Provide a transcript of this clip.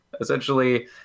essentially